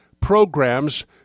programs